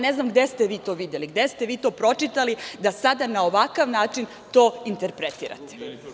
Ne znam gde ste vi to videli i gde ste vi to pročitali da sada na ovakav način to interpretirate?